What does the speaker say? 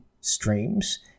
streams